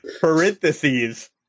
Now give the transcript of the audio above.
Parentheses